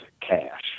cash